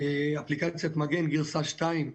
אפליקציית מגן גרסה 2,